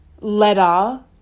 letter